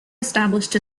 established